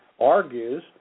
argues